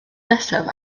nesaf